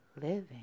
Living